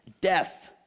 death